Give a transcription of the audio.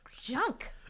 junk